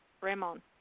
Ramon